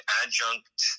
adjunct